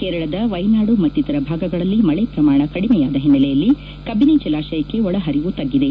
ಕೇರಳದ ವೈನಾಡು ಮತ್ತಿತರ ಭಾಗಗಳಲ್ಲಿ ಮಳೆ ಪ್ರಮಾಣ ಕಡಿಮೆಯಾದ ಹಿನ್ನೆಲೆಯಲ್ಲಿ ಕಬಿನಿ ಜಲಾಶಯಕ್ಕೆ ಒಳ ಹರಿವು ತಗ್ಗಿದೆ